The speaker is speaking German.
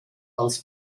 als